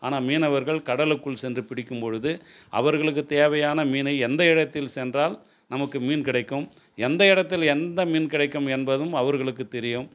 ஆனால் மீனவர்கள் கடலுக்குள் சென்று பிடிக்கும் பொழுது அவர்களுக்கு தேவையான மீனை எந்த இடத்தில் சென்றால் நமக்கு மீன் கிடைக்கும் எந்த இடத்தில எந்த மீன் கிடைக்கும் என்பதும் அவர்களுக்கு தெரியும்